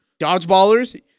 Dodgeballers